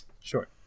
Sure